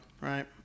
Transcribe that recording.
right